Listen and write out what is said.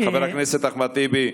חבר הכנסת אחמד טיבי.